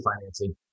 financing